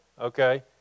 okay